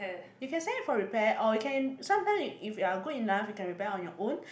you can send it for repair or you can sometimes if you are good enough you can repair on your own